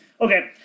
Okay